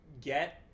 Get